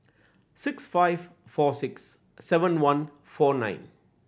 six five four six seven one four nine